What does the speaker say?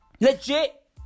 Legit